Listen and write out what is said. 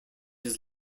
his